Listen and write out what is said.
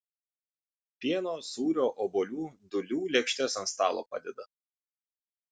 pieno sūrio obuolių dūlių lėkštes ant stalo padeda